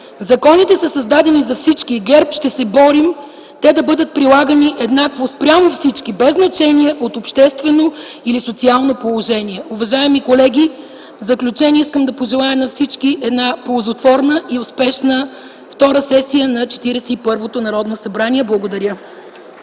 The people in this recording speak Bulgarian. Законите са създадени за всички и от ГЕРБ ще се борим те да бъдат прилагани еднакво спрямо всички без значение от обществено или социално положение. Уважаеми колеги, в заключение искам да пожелая на всички ползотворна и успешна втора сесия на Четиридесет и първото Народно събрание.” Благодаря.